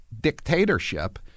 dictatorship